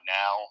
now